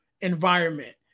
environment